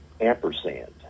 ampersand